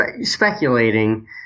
speculating